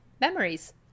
memories